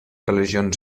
religions